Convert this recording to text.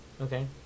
Okay